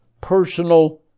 personal